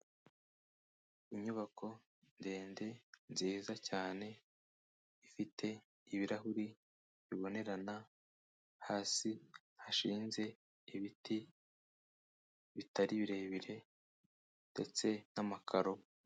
Inyubako ndende nziza cyane ifite ibirahuri bibonerana, hasi hashinze ibiti bitari birebire ndetse n'amakaro.